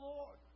Lord